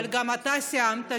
אבל גם אתה סיימת,